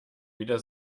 wieder